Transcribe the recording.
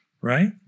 right